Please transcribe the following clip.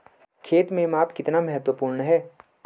खेत में माप कितना महत्वपूर्ण है?